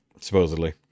supposedly